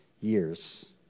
years